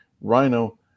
Rhino